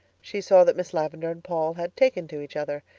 she saw that miss lavendar and paul had taken to each other,